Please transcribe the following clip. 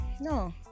No